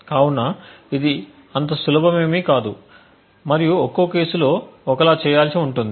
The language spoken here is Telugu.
కాబట్టి ఇది అంత సులభమేమి కాదు మరియు ఒక్కో కేసు లో ఒకలా చేయాల్సి ఉంటుంది